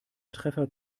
treffer